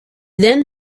then